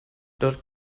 dort